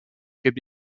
could